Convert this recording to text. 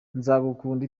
nzagukunda